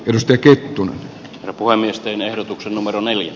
jostakin on apua miesten ehdotuksen numero neljä